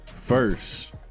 First